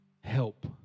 help